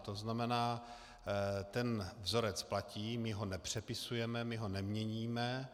To znamená, že ten vzorec platí, my ho nepřepisujeme, neměníme.